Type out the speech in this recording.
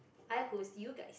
I host you guys